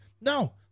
no